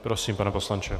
Prosím, pane poslanče.